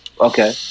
Okay